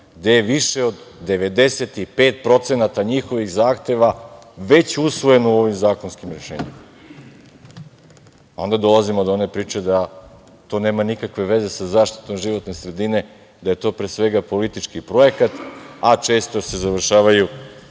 gde je više od 95% njihovih zahteva već usvojeno u ovim zakonskim rešenjima. Onda dolazimo do one priče da to nema nikakve veze sa zaštitom životne sredine, da je to, pre svega, politički projekat. Često se završavaju